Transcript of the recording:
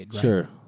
Sure